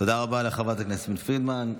תודה רבה לחברת הכנסת יסמין פרידמן.